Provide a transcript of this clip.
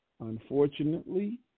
unfortunately